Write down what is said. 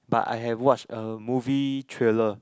but I have watched a movie trailer